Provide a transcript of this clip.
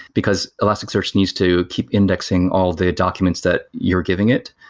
because elasticsearch needs to keep indexing all the documents that you're giving it.